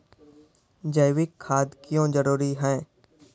जैविक खाद क्यो जरूरी हैं?